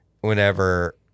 whenever